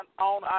on